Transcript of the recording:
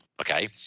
okay